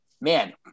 man